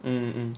mm mm mm